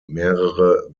mehrere